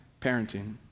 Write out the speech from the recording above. parenting